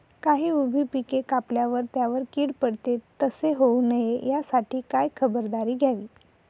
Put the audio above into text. काही उभी पिके कापल्यावर त्यावर कीड पडते, तसे होऊ नये यासाठी काय खबरदारी घ्यावी?